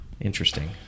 interesting